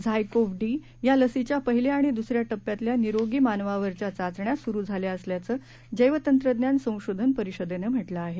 ZyCov D या लसीच्या पहिल्या आणि दुसऱ्या टप्प्यातल्या निरोगी मानवावर चाचण्या सुरू झाल्या असल्याचं जैवतंत्रज्ञान संशोधन परिषदेनं म्हटले आहे